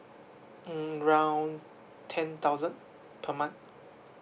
mm around ten thousand per month